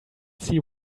see